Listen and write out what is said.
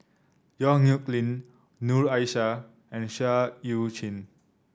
Yong Nyuk Lin Noor Aishah and Seah Eu Chin